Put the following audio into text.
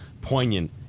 poignant